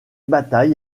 bataille